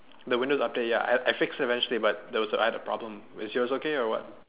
the windows update ya I I fixed it eventually but there was a I had a problem was yours okay or what